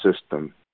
system